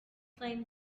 claimed